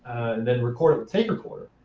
and then record it with take recorder.